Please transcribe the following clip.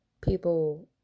People